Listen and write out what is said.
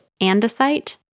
andesite